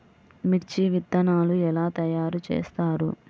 మిర్చి విత్తనాలు ఎలా తయారు చేస్తారు?